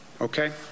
okay